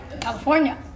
California